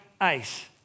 ice